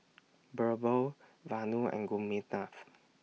Birbal Vanu and Gopinath